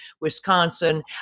Wisconsin